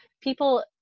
people